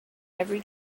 every